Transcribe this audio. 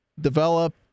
develop